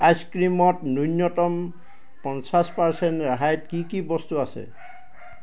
ice ক্ৰীমত ন্যূনতম পঞ্চাছ পাৰ্চেণ্ট ৰেহাইত কি কি বস্তু আছে